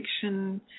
fiction